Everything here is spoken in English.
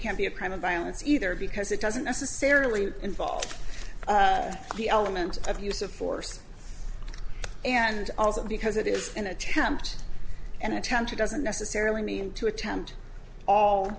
can be a crime of violence either because it doesn't necessarily involve the element of use of force and also because it is an attempt an attempt it doesn't necessarily mean to attempt all